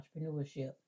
entrepreneurship